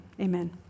amen